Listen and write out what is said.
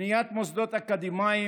בניית מוסדות אקדמיים,